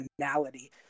finality